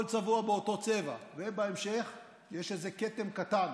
הכול צבוע באותו צבע, ובהמשך יש איזה כתם קטן